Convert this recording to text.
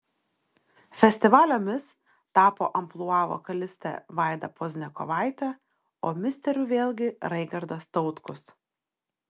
festivalio mis tapo amplua vokalistė vaida pozniakovaitė o misteriu vėlgi raigardas tautkus